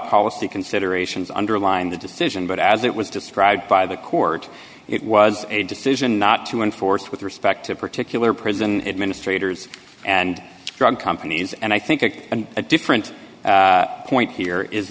policy considerations underline the decision but as it was described by the court it was a decision not to enforce with respect to particular prison administrators and drug companies and i think that and a different point here is